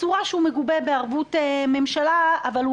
בצורה שהוא מגובה בערבות ממשלה אבל הוא